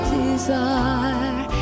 desire